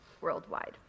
worldwide